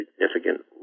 significant